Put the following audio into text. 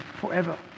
forever